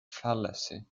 fallacy